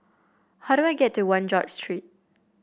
how do I get to One George Street